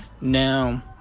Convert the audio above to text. now